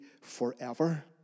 forever